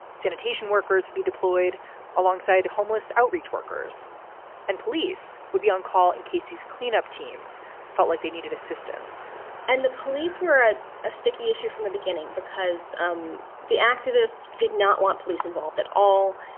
sanitation workers would be deployed alongside homeless outreach workers and police would be on call in k c s. cleanup teams felt like they needed assistance and the police were at a sticky issue from the beginning because um the activists did not want police involved at all.